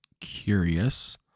curious